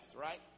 right